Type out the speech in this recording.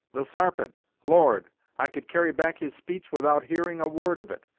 the sarpent! lord i could carry back his speech without hearing a word of it!